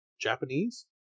japanese